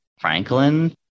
Franklin